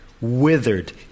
withered